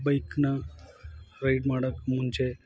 ಬೈಕ್ನ ರೈಡ್ ಮಾಡೋಕೆ ಮುಂಚೆ